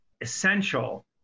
essential